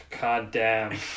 goddamn